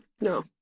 No